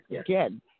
again